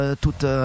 toute